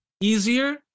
easier